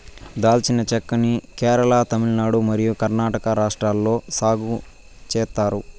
దాల్చిన చెక్క ని కేరళ, తమిళనాడు మరియు కర్ణాటక రాష్ట్రాలలో సాగు చేత్తారు